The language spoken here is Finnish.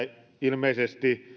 ilmeisesti